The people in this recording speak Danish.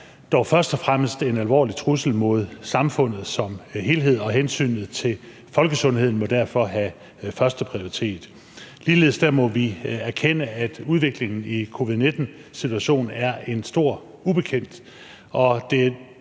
dog først og fremmest en alvorlig trussel mod samfundet som helhed, og hensynet til folkesundheden må derfor have førsteprioritet. Ligeledes må vi erkende, at udviklingen i covid-19-situationen er en stor ubekendt,